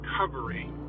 recovery